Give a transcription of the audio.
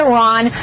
Iran